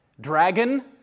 dragon